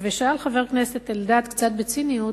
שאל חבר הכנסת אלדד קצת בציניות,